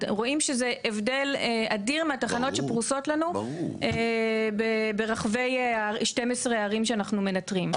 רואים שזה הבדל אדיר מהתחנות שפרושות לנו ברחבי 12 הערים שאנחנו מנטרים.